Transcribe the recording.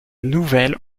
nouvelles